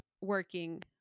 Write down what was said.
working